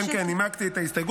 כן, כן, נימקתי את ההסתייגות.